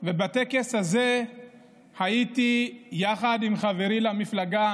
ובטקס הזה הייתי יחד עם חברי למפלגה